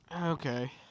Okay